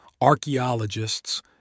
archaeologists